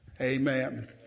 Amen